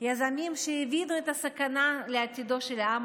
יזמים שהבינו את הסכנה לעתידו של העם